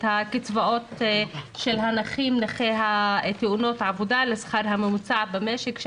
הקצבאות של נכי תאונות העבודה לשכר הממוצע במשק.